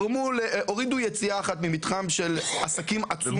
הורידו יציאה אחת ממתחם עסקים עצום